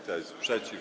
Kto jest przeciw?